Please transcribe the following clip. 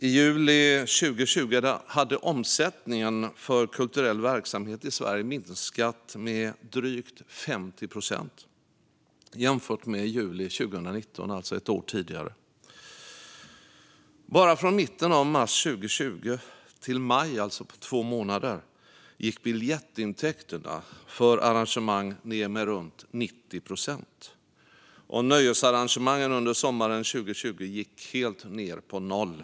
I juli 2020 hade omsättningen för kulturell verksamhet i Sverige minskat med drygt 50 procent jämfört med juli 2019, alltså ett år tidigare. Bara från mitten av mars 2020 till maj, alltså på två månader, gick biljettintäkterna för arrangemang ned med runt 90 procent. Nöjesarrangemangen gick under sommaren 2020 ned till noll.